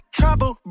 trouble